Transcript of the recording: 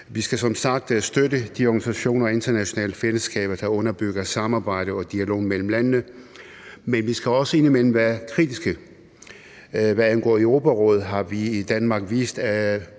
som sagt støtte de organisationer og internationale fællesskaber, der underbygger samarbejde og dialog mellem landene. Men vi skal også indimellem være kritiske. Hvad angår Europarådet, har vi i Danmark vist,